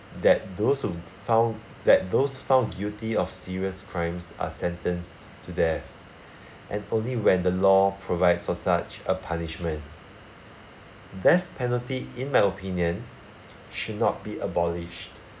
that those who found that those found guilty of serious crimes are sentenced to death and only when the law provides for such a punishment death penalty in my opinion should not be abolished